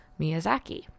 Miyazaki